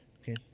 okay